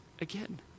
again